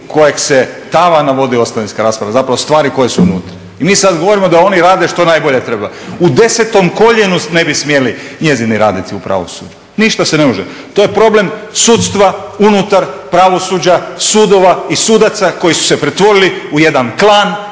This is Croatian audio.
kojeg se tavana vodi ostavinska rasprava, zapravo stvari koje su unutra. I mi sada govorimo da oni rade što najbolje treba. U 10. koljenu ne bi smjeli njezini radnici u pravosuđu, ništa se ne može. To je problem sudstva unutar pravosuđa, sudova i sudaca koji su se pretvorili u jedan klan